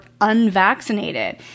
unvaccinated